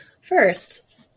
First